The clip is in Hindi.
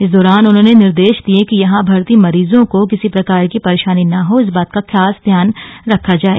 इस दौरान उन्होंने निर्देश दिये कि यहां भर्ती मरीजों को किसी प्रकार की परेशानी न हो इस बात का खास ध्यान रखा जाये